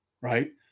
right